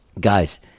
guys